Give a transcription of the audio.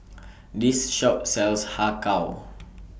This Shop sells Har Kow